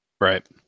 Right